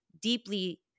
deeply